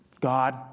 God